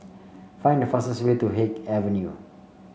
find the fastest way to Haig Avenue